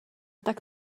tak